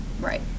Right